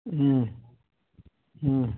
હા હા